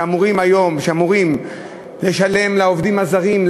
שאמורים היום לשלם לעובדים הזרים,